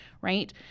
Right